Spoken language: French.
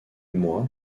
moi